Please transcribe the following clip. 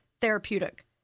therapeutic